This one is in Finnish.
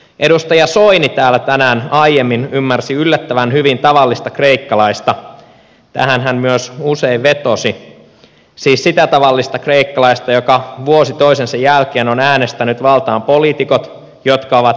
edustaja soini täällä tänään aiemmin ymmärsi yllättävän hyvin tavallista kreikkalaista tähän hän myös usein vetosi siis sitä tavallista kreikkalaista joka vuosi toisensa jälkeen on äänestänyt valtaan poliitikot jotka ovat ylivelkaannuttaneet maan